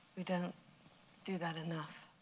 we don't do that enough,